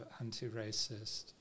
anti-racist